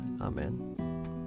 Amen